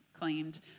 claimed